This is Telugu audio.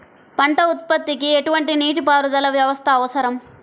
పంట ఉత్పత్తికి ఎటువంటి నీటిపారుదల వ్యవస్థ అవసరం?